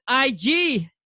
IG